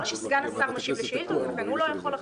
הוא אמר שסגן השר משיב לשאילתות וגם הוא לא יכול לחתום.